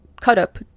cut-up